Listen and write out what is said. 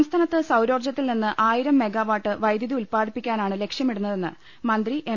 സംസ്ഥാനത്ത് സൌരോർജ്ജത്തിൽനിന്ന് ആയിരം മെഗാവാട്ട് വൈദ്യുതി ഉൽപ്പാദിപ്പിക്കാനാണ് ലക്ഷ്യമിടുന്നതെന്ന് മന്ത്രി എം